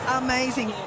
amazing